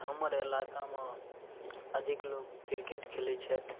हमर इलाकामे अधिक लोक किरकेट खेलै छथि